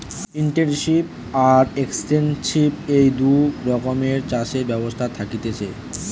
intensive আর extensive এই দুটা রকমের চাষের ব্যবস্থা থাকতিছে